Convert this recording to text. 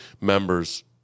members –